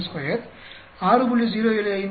075 5